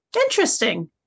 Interesting